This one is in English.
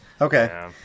Okay